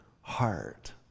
heart